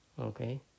Okay